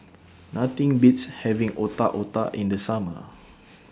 Nothing Beats having Otak Otak in The Summer